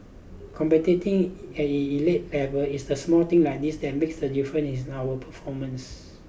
competing at an elite level it's the small things like this that makes the difference in our performance